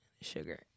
sugar